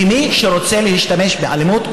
למי שרוצה להשתמש באלימות,